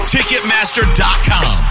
Ticketmaster.com